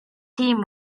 team